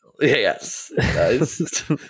Yes